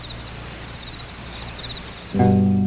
so